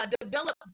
develop